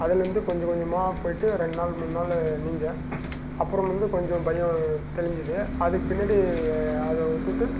அதிலேந்து கொஞ்ச கொஞ்சமாக போயிட்டு ரெண்டு நாள் மூணு நாள் நீஞ்சேன் அப்புறம் வந்து கொஞ்சம் பயம் தெளிஞ்சிது அதுக்கு பின்னாடி அதை விட்டுட்டு